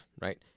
right